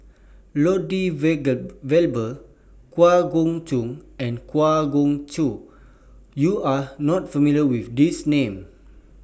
Lloyd Valberg Kwa Geok Choo and Kwa Geok Choo YOU Are not familiar with These Names